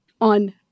on